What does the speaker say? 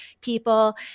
people